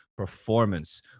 Performance